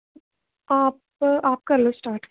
आप आप कर लो स्टार्ट